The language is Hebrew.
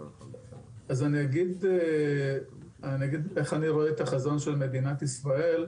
אז אני אגיד איך רואה את החזון של מדינת ישראל,